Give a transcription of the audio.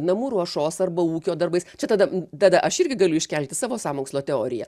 namų ruošos arba ūkio darbais čia tada tada aš irgi galiu iškelti savo sąmokslo teoriją